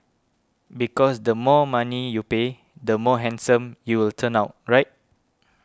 because the more money you pay the more handsome you will turn out right